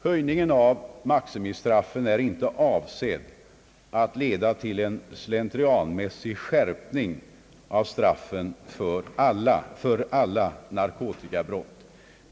Höjningen av maximistraffen är inte avsedd att leda till en slentrianmässig skärpning av straffen för alla narkotikabrott.